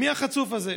מי החצוף הזה?